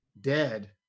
Dead